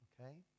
Okay